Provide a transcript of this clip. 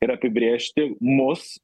ir apibrėžti mus